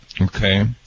okay